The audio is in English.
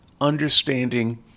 understanding